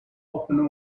open